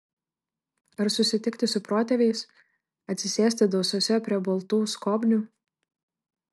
ar susitikti su protėviais atsisėsti dausose prie baltų skobnių